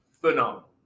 phenomenal